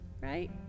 Right